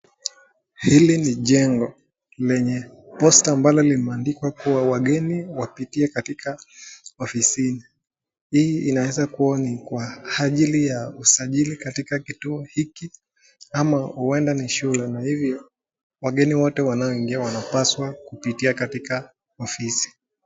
Hili ni jengo lenye posta ambalo limeandikwa kuwa wageni wapitie katika ofisini. Hii inaweza kuwa ni kwa ajili ya usajili katika kituo hiki ama huenda ni shule na hivyo wageni wote wanaoingia wanapaswa kupitia katika ofisi.